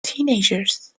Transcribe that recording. teenagers